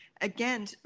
again